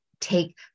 Take